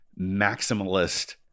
maximalist